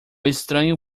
estranho